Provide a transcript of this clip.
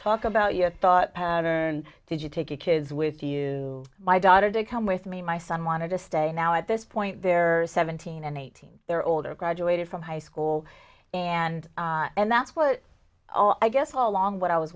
talk about your thought patterns did you take your kids with you my daughter to come with me my son wanted to stay now at this point there are seventeen and eighteen there older graduated from high school and and that's what all i guess all along what i was